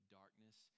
darkness